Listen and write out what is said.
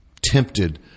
tempted